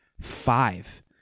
five